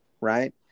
Right